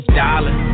dollar